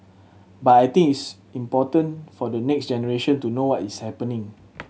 but I think it's important for the next generation to know what is happening